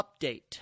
update